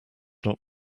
not